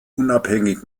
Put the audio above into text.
unabhängig